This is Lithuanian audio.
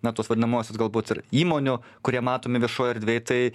na tuos vadinamuosius galbūt ir įmonių kurie matomi viešoj erdvėj tai